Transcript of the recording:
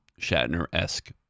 Shatner-esque